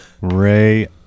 ray